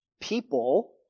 people